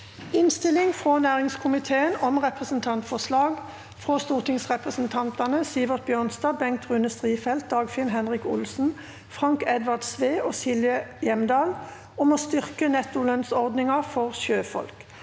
Innstilling frå næringskomiteen om Representantforslag fra stortingsrepresentantene Sivert Bjørnstad, Bengt Rune Strifeldt, Dagfinn Henrik Olsen, Frank Edvard Sve og Silje Hjemdal om å styrke nettolønnsordningen for sjøfolk